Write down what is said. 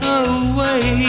away